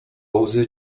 łzy